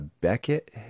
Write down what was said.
Beckett